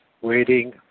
waiting